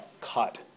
cut